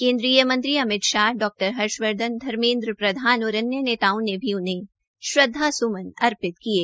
केन्द्रीय अमित शाह डॉ हर्षवर्धन धमेन्द्र प्रधान और नेताओं ने भी उन्हे श्रद्वा सुमन अर्पित किये